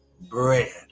bread